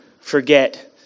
forget